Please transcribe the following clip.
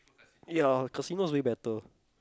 ya casino's way better